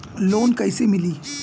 Loan कइसे मिलि?